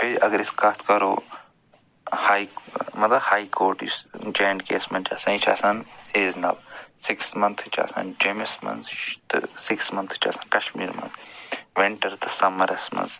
بیٚیہِ اگر أسۍ کتھ کَرو ہاے مطلب ہاے کوٹ یُس جے اینٛڈ کے یس منٛز چھُ آسان یہِ چھُ آسان سیٖزنل سِکِس منتھٕس چھِ آسان جیٚمِس منٛز تہٕ سِکِس منتھٕس چھِ آسان کشمیٖر منٛز ونٛٹر تہٕ سمرس منٛز